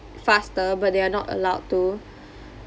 faster but they are not allowed to